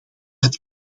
het